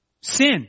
sin